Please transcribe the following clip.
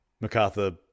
MacArthur